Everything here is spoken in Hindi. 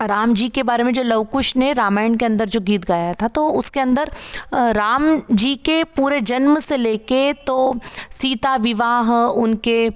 राम जी के बारे में लव कुश ने रामायण के अंदर जो गीत गया था तो उसके अंदर राम जी के पूरे जन्म से लेके तो सीता विवाह उनके